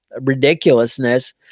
ridiculousness